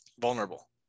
vulnerable